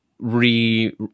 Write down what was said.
re